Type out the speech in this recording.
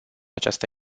această